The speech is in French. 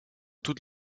toute